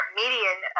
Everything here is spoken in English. median